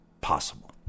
possible